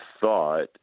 thought